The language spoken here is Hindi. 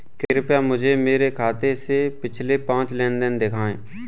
कृपया मुझे मेरे खाते से पिछले पाँच लेन देन दिखाएं